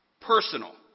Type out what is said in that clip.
personal